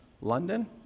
London